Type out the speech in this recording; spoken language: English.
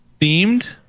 themed